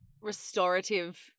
restorative